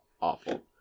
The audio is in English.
Awful